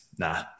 Nah